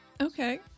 okay